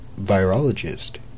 virologist